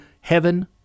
Heaven